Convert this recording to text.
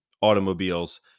automobiles